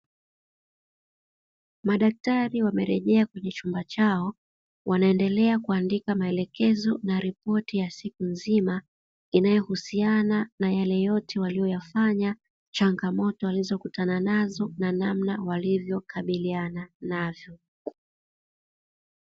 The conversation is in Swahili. Madaktari wamerejea kwenye chumba chao wanaendelea kuandika maelekezo na ripoti ya siku nzima, inayohusiana na yale yote waliyoyafanya changamoto walizokutana nazo na namna walivyokabiliana navyo madaktari wamerejea kwenye chumba chao.